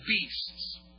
beasts